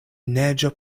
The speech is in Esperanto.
neĝo